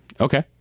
Okay